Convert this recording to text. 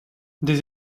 des